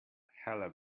hello